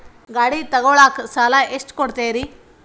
ಗಾಡಿ ತಗೋಳಾಕ್ ಎಷ್ಟ ಸಾಲ ಕೊಡ್ತೇರಿ?